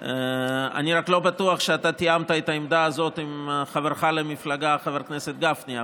ואני רק לא בטוח שתיאמת את העמדה הזאת עם חברך למפלגה חבר הכנסת גפני,